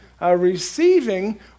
receiving